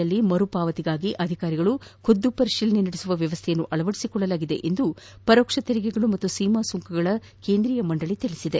ಯಲ್ಲಿ ಮರುಪಾವತಿಗಾಗಿ ಅಧಿಕಾರಿಗಳು ಖುದ್ದು ಪರಿಶೀಲನೆ ನಡೆಸುವ ವ್ಯವಸ್ಥೆಯನ್ನು ಅಳವಡಿಸಿಕೊಳ್ಳಲಾಗಿದೆ ಎಂದು ಪರೋಕ್ಷ ತೆರಿಗೆಗಳು ಮತ್ತು ಸೀಮಾಸುಂಕಗಳ ಕೇಂದ್ರೀಯ ಮಂಡಳಿ ತಿಳಿಸಿದೆ